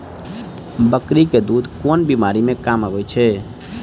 बकरी केँ दुध केँ बीमारी मे काम आबै छै?